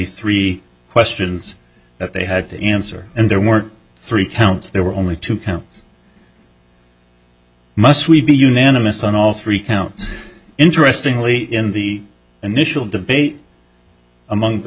three questions that they had to answer and there were three counts there were only two counts must we be unanimous on all three counts interestingly in the initial debate among the